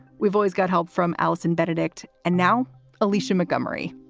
we've always got help from alison benedicte and now alicia mcmurry.